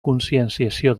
conscienciació